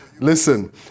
listen